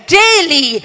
daily